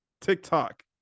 tiktok